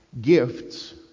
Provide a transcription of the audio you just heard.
gifts